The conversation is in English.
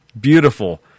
beautiful